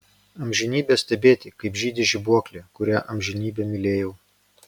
amžinybę stebėti kaip žydi žibuoklė kurią amžinybę mylėjau